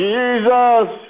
Jesus